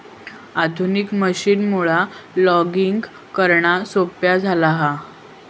आधुनिक मशीनमुळा लॉगिंग करणा सोप्या झाला हा